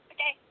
Okay